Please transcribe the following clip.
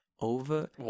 over